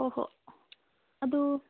ꯍꯣ ꯍꯣ ꯑꯗꯨ